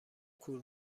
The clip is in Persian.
کور